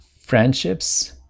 friendships